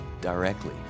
directly